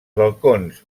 balcons